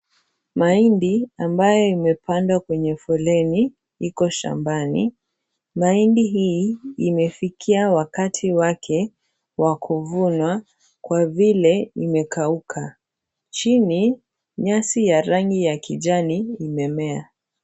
Mahindi ambayo imepandwa kwenye foleni iko shambani. Mahindi hii imefikia wakati wake wa kuvunwa kwa vile imekauka. Chini nyasi ya rangi ya kijani imemea.